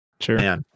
Sure